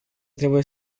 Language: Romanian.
trebuie